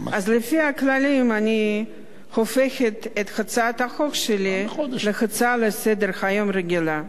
אז לפי הכללים אני הופכת את הצעת החוק שלי להצעה רגילה לסדר-היום.